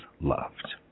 loved